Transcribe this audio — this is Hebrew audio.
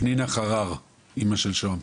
פנינה חרר, אמא של שון,